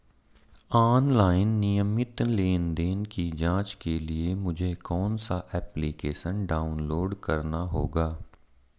Online नियमित लेनदेन की जांच के लिए मुझे कौनसा एप्लिकेशन डाउनलोड करना होगा?